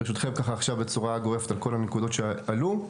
ברשותכם, בצורה גורפת, על כל הנקודות שעלו.